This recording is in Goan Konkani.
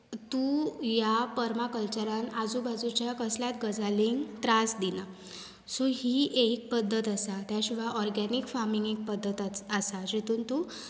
तूं ह्या परमा कल्चरांत आजू बाजूच्या कसलाय गजालींक त्रास दिना सो ही एक पद्दत आसा त्या शिवाय ऑर्गेनीक फार्मींग एक पद्दत आसा जेतून तूं